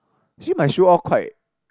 actually my shoe all quite